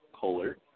Kohler